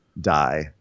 Die